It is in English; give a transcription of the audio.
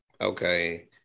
okay